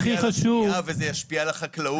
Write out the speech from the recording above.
שגם אזרחי המדינה ותושביה יוכלו לחיות.